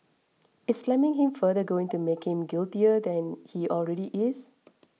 is slamming him further going to make him guiltier than he already is